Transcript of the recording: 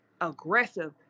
aggressive